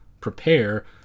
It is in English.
prepare